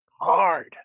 hard